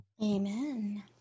Amen